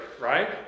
right